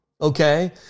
Okay